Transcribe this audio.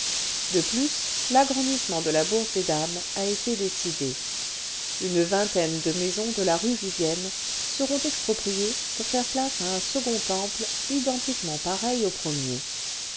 de plus l'agrandissement cle la bourse des dames a été décidé une vingtaine de maisons de la rue vivienne seront expropriées pour faire place à un second temple identiquement pareil au premier